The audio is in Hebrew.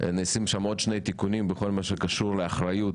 נעשים שם שני תיקונים בכל מה שקשור לאחריות